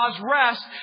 rest